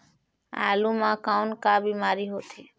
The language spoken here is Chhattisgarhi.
आलू म कौन का बीमारी होथे?